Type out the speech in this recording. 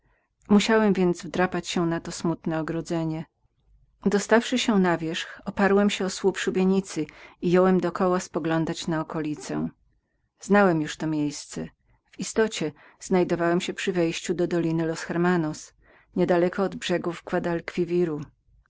musiałem więc wdrapać się na to smutne ogrodzenie raz będąc na wierzchu oparłem się o słup szubienicy i jąłem do koła poglądać na okolicę znałem już to miejsce w istocie znajdowałem się przy wejściu do doliny los hermanos niedaleko od brzegów guad al quiwiru gdy